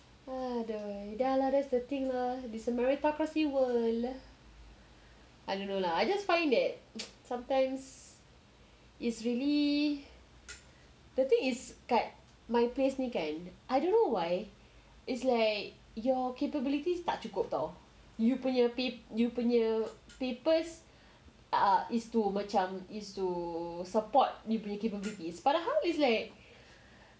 dah lah that's the thing is lah a meritocracy world I don't know lah I just find that sometimes it's really the thing is dekat my place ni kan I don't know why is like your capabilities tak cukup [tau] you punya papers is to macam is to support dia punya capabilities padahal it's like